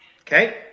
Okay